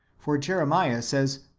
for jeremiah says,